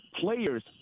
players